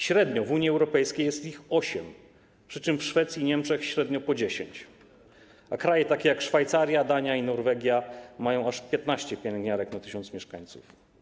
Średnio w Unii Europejskiej jest ich 8, przy czym w Szwecji, Niemczech średnio po 10, a kraje takie jak Szwajcaria, Dania i Norwegia mają aż 15 pielęgniarek na 1 tys. mieszkańców.